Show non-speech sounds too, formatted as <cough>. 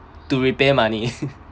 to repair money <laughs>